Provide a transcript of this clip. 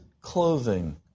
clothing